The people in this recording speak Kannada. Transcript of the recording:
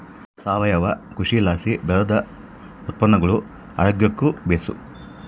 ಸಾವಯವ ಕೃಷಿಲಾಸಿ ಬೆಳ್ದ ಉತ್ಪನ್ನಗುಳು ಆರೋಗ್ಯುಕ್ಕ ಬೇಸು